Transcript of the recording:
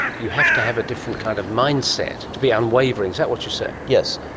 you have to have a different kind of mindset, to be unwavering, is that what you say? yes,